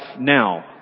now